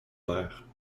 père